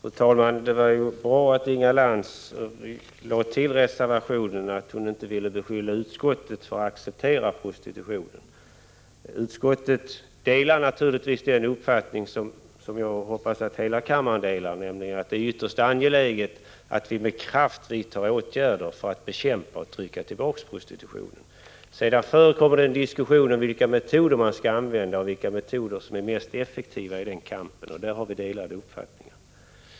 Fru talman! Det var ju bra att Inga Lantz lade till i reservationen att hon inte ville beskylla utskottet för att acceptera prostitution. Utskottet delar naturligtvis uppfattningen — och jag hoppas att detta gäller alla kammarens ledamöter — att det är ytterst angeläget att vi med kraft vidtar åtgärder för att bekämpa och trycka tillbaka prostitutionen. Sedan förekommer det en diskussion om vilka metoder som är mest effektiva i den kampen, och härvidlag har vi delade uppfattningar.